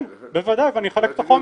אני משתדל כמה שפחות כי לא יודע,